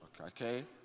Okay